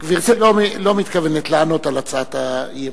גברתי לא מתכוונת לענות על הצעת האי-אמון.